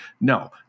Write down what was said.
no